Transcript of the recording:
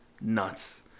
nuts